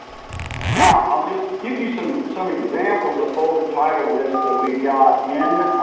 now i'll just give you some some examples of folder title lists that we got in.